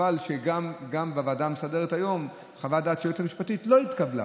חבל שגם בוועדה המסדרת היום חוות דעת של היועצת המשפטית לא התקבלה,